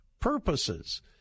purposes